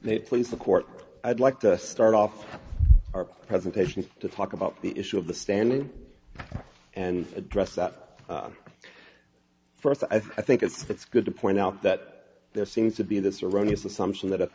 they please the court i'd like to start off our presentation to talk about the issue of the stand and address that first i think it's good to point out that there seems to be this erroneous assumption that